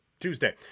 Tuesday